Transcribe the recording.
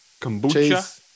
Kombucha